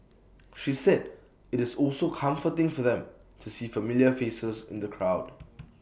she said IT is also comforting for them to see familiar faces in the crowd